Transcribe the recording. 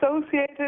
associated